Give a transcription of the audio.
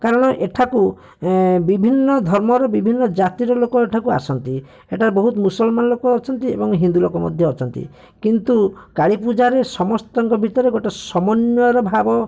କାରଣ ଏଠାକୁ ଏଁ ବିଭିନ୍ନ ଧର୍ମର ବିଭିନ୍ନ ଜାତିର ଲୋକ ଏଠାକୁ ଆସନ୍ତି ଏଠାରେ ବହୁତ ମୁସଲମାନ ଲୋକ ଅଛନ୍ତି ଏବଂ ହିନ୍ଦୁଲୋକ ମଧ୍ୟ ଅଛନ୍ତି କିନ୍ତୁ କାଳୀପୂଜାରେ ସମସ୍ତଙ୍କ ଭିତରେ ଗୋଟେ ସମନ୍ୱୟର ଭାବ